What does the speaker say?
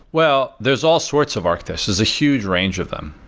well, there's all sorts of architectures. there's a huge range of them.